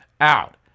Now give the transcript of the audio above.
out